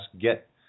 get